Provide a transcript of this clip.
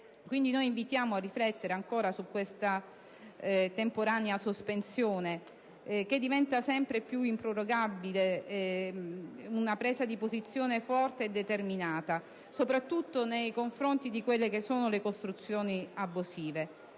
Quindi, noi invitiamo a riflettere ancora su questa temporanea sospensione. Diventa sempre più improrogabile una presa di posizione forte e determinata, soprattutto nei confronti di quelle che sono le costruzioni abusive.